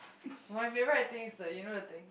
my favourite I think is the you know the thing